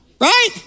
Right